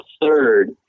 third